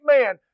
man